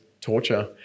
torture